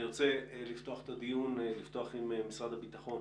אני רוצה לפתוח את הדיון עם משרד הביטחון.